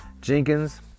Jenkins